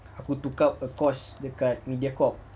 aku took out a course dekat mediacorp